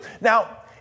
Now